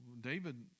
David